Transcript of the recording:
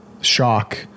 shock